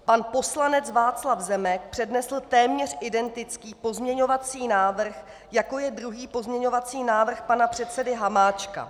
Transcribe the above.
Pan poslanec Václav Zemek přednesl téměř identický pozměňovací návrh, jako je druhý pozměňovací návrh pana předsedy Hamáčka.